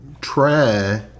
try